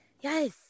Yes